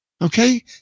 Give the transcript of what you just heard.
Okay